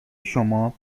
شما